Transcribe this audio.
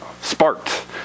sparked